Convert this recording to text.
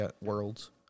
worlds